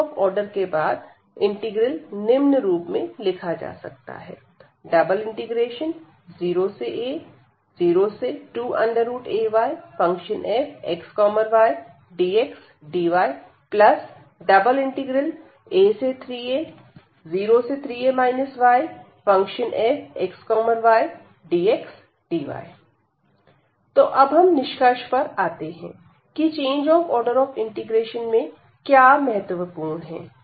change of order के बाद integral निम्न रूप में लिखा जा सकता है 0a02ayfxydxdya3a03a yfxydxdy तो अब हम निष्कर्ष पर आते हैं की change of order of integration में क्या महत्वपूर्ण है